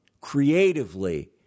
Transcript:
creatively